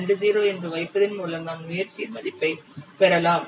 20 என்றும் வைப்பதன் மூலம் நாம் முயற்சியின் மதிப்பைப் பெறலாம்